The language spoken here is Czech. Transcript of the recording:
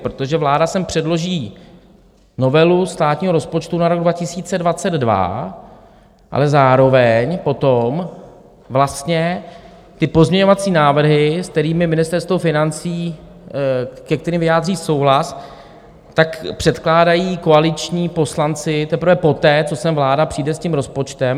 Protože vláda sem předloží novelu státního rozpočtu na rok 2022, ale zároveň potom vlastně ty pozměňovací návrhy, s kterými Ministerstvo financí, ke kterým vyjádří souhlas, tak předkládají koaliční poslanci teprve poté, co sem vláda přijde s tím rozpočtem.